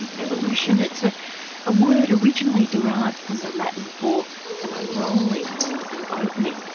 and evolution, it's a ah word originally derived from the latin for an unrolling or an opening,